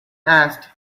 asked